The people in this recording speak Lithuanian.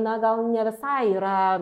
na gal ne visai yra